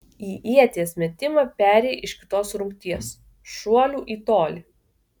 į ieties metimą perėjai iš kitos rungties šuolių į tolį